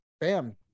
bam